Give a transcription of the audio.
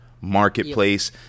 marketplace